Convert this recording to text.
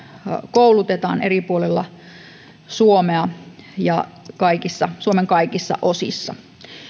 koulutetaan eri puolilla suomea ja suomen kaikissa osissa